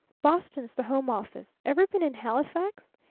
boston's the home office. ever been in halifax?